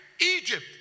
egypt